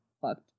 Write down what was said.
fucked